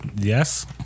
Yes